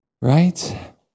Right